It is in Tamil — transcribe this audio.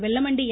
வெல்லமண்டி என்